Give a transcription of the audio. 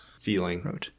feeling